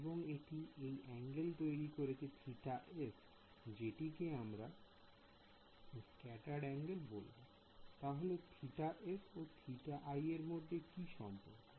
এবং এটি অ্যাঙ্গেল তৈরি করছে θs যেটিকে আমরা স্ক্যাটার্ড অ্যাঙ্গেল বলবো I তাহলে θs ও θi এর মধ্যে কি সম্পর্ক